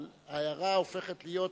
אבל ההערה הופכת להיות,